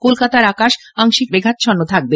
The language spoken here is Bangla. কলকাতায় আকাশ আংশিক মেঘাচ্ছন্ন থাকবে